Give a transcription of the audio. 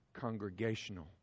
congregational